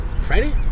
friday